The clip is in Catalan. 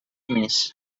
més